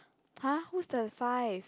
!huh! who's the five